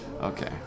Okay